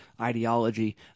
ideology